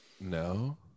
No